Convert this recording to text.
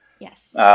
Yes